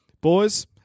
boys